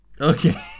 Okay